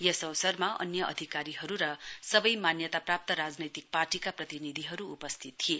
यस अवसरमा अन्य अधिकारीहरु र सवै मान्यताप्राप्त राजनैतिक पार्टीका प्रतिनिधिहरु उपस्थित थिए